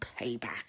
payback